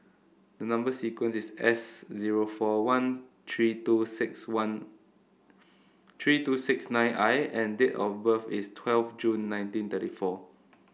number sequence is S zero four one three two six one three two six nine I and date of birth is twelve June nineteen thirty four